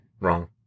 Wrong